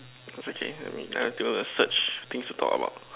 it's okay I mean I have to search things to talk about